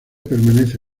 permanece